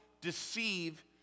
deceive